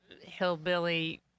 hillbilly